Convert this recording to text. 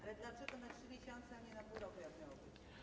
Ale dlaczego na 3 miesiące, a nie na pół roku, jak miało być?